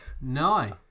No